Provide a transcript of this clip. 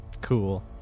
Cool